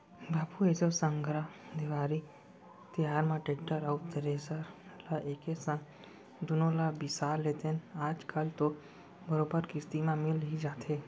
बाबू एसो संघरा देवारी तिहार म टेक्टर अउ थेरेसर ल एके संग दुनो ल बिसा लेतेन आज कल तो बरोबर किस्ती म मिल ही जाथे